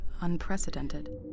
unprecedented